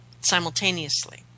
simultaneously